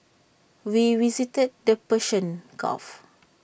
we visited the Persian gulf